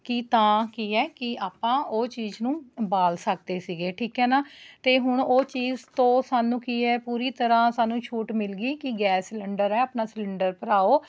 ਕਿ ਤਾਂ ਕੀ ਹੈ ਕਿ ਆਪਾਂ ਉਹ ਚੀਜ਼ ਨੂੰ ਬਾਲ ਸਕਦੇ ਸੀਗੇ ਠੀਕ ਹੈ ਨਾ ਅਤੇ ਹੁਣ ਉਹ ਚੀਜ਼ ਤੋਂ ਸਾਨੂੰ ਕੀ ਹੈ ਪੂਰੀ ਤਰ੍ਹਾਂ ਸਾਨੂੰ ਛੂਟ ਮਿਲਗੀ ਕਿ ਗੈਸ ਸਿਲੰਡਰ ਹੈ ਆਪਣਾ ਸਿਲੰਡਰ ਭਰਾਓ